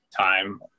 time